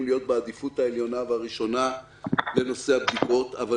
להיות בעדיפות העליונה והראשונה לנושא הבדיקות אבל